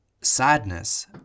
Sadness